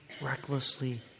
recklessly